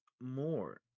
more